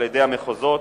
על-ידי המחוזות,